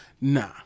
Nah